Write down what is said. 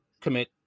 commit